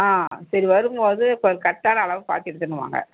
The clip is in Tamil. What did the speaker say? ஆ சரி வரும்போது கொஞ்சம் கரெட்டான அளவு பார்த்து எடுத்துன்னு வாங்க